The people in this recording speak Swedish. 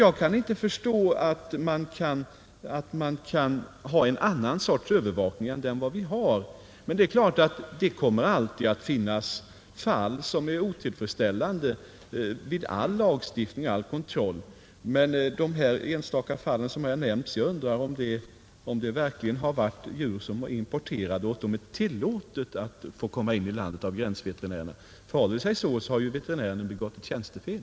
Jag tror inte att man kan ha en annan sorts övervakning än den man har. Det är klart att det alltid kommer att finnas enstaka fall som är otillfredsställande trots lagstiftning och kontroll, men jag undrar om de enstaka fall som här nämnts verkligen gällt importerade djur för vilka gränsveterinären givit tillstånd till införsel i landet. Förhåller det sig så har veterinären begått ett tjänstefel.